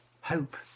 hope